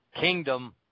kingdom